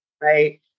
Right